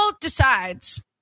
decides